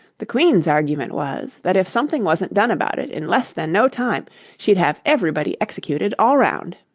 the queen's argument was, that if something wasn't done about it in less than no time she'd have everybody executed, all round.